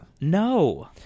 No